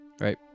Right